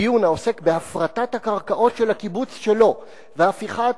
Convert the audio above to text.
בדיון העוסק בהפרטת הקרקעות של הקיבוץ שלו והפיכת